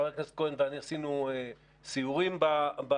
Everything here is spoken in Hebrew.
חבר הכנסת כהן ואני עשינו סיורים בשטח.